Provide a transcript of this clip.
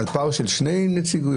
על פער של שני נציגויות,